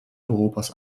europas